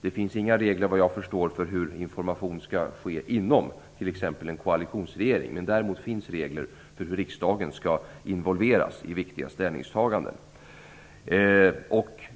Det finns såvitt jag förstår inga regler för hur information skall ske inom t.ex. en koalitionsregering, men däremot finns det regler för hur riksdagen skall involveras i viktiga ställningstaganden.